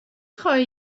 خواهی